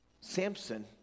Samson